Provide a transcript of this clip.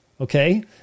Okay